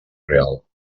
real